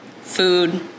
Food